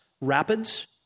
rapids